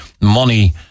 money